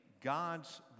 God's